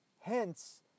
hence